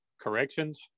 corrections